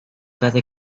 cada